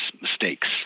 mistakes